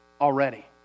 already